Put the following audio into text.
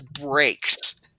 breaks